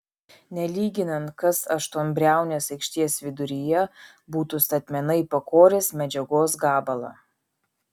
nelyginant kas aštuonbriaunės aikštės viduryje būtų statmenai pakoręs medžiagos gabalą